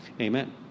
Amen